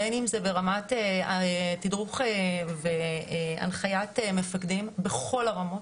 בין אם זה ברמת תדרוך והנחיית מפקדים בכל הרמות.